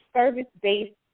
service-based